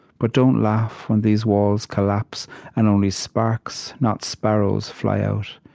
but don't laugh when these walls collapse and only sparks not sparrows fly out.